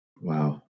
Wow